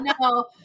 No